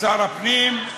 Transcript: שר הפנים,